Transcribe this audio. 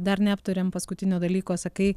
dar neaptarėm paskutinio dalyko sakai